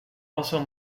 also